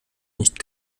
nicht